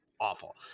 awful